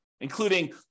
including